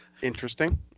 interesting